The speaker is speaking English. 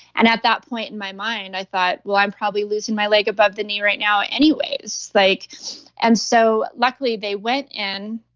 and at that point in my mind, i thought, well, i'm probably losing my leg above the knee right now anyways. like and so luckily they went in,